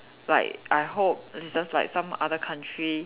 like I hope it's just like some other country